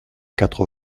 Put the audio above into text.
quatre